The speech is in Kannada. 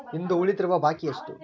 ಇಂದು ಉಳಿದಿರುವ ಬಾಕಿ ಎಷ್ಟು?